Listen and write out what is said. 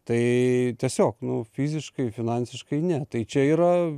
tai tiesiog nu fiziškai finansiškai ne tai čia yra